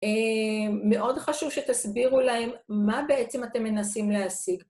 מאוד חשוב שתסבירו להם מה בעצם אתם מנסים להשיג.